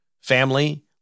family